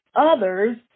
others